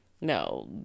No